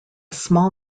small